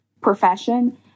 profession